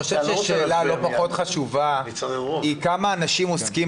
שאלה לא פחות חשובה היא כמה אנשים עוסקים